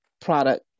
product